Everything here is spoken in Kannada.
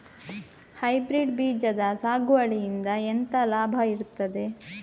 ಹೈಬ್ರಿಡ್ ಬೀಜದ ಸಾಗುವಳಿಯಿಂದ ಎಂತ ಲಾಭ ಇರ್ತದೆ?